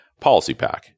Policypack